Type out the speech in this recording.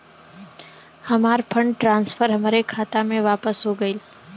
हमार fund transfer हमरे खाता मे वापस हो गईल